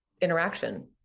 Interaction